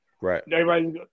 Right